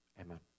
Amen